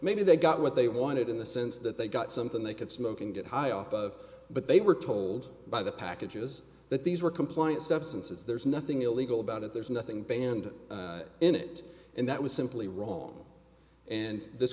maybe they got what they wanted in the sense that they got something they could smoke and get high off of but they were told by the packages that these were compliant substances there's nothing illegal about it there's nothing banned in it and that was simply wrong and this